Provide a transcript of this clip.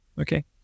okay